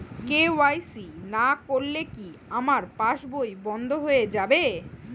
KYC না করলে কি আমার পাশ বই বন্ধ হয়ে যাবে?